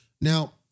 Now